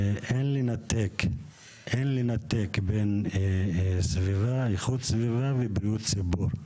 אין לנתק בין סביבה, איכות סביבה ובריאות הציבור.